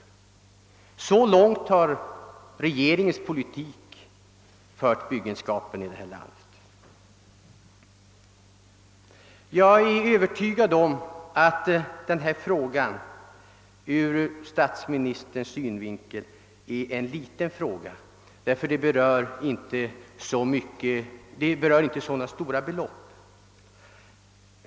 Så långt har regeringens politik fört byggenskapen i detta land. Jag är övertygad om att denna fråga ur statsfinansiell synvinkel är en liten fråga, ty den berör inte så stora belopp.